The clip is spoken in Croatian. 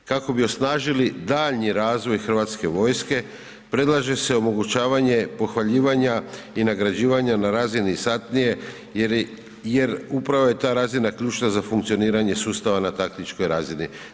Kako bi osnažili daljnji razvoj HV-a predlaže se omogućavanje pohvaljivanja i nagrađivanja na razini satniji jer upravo je ta razina ključna za funkcioniranje sustava na taktičkoj razini.